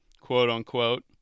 quote-unquote